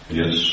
yes